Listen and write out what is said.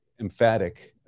emphatic